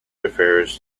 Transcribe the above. affairs